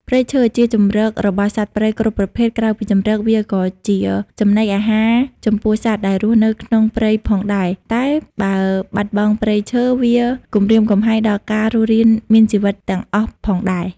ព្រៃឈើជាជម្រករបស់សត្វព្រៃគ្រប់ប្រភេទនក្រៅពីជម្រកវាក៏ជាចំណីអារហារចំពោះសត្វដែលរស់នៅក្នុងព្រៃផងដែលតែបើបាត់បង់ព្រៃឈើវាគំរាមកំហែងដល់ការរស់រានមានជីវិតទាំងអស់ផងដែរ។